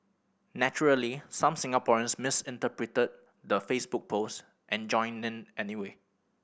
naturally some Singaporeans misinterpreted the Facebook post and joined anyway